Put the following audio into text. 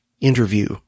interview